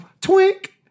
Twink